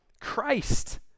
Christ